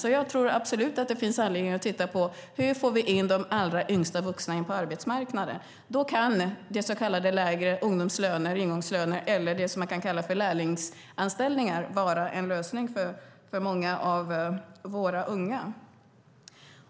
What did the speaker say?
Jag tror därför att det absolut finns anledning att titta på hur vi får in de allra yngsta vuxna på arbetsmarknaden. Då kan så kallade ungdomslöner eller ingångslöner eller det som man kan kalla lärlingsanställningar vara en lösning för många av våra unga.